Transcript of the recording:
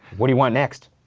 what do you want next?